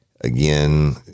again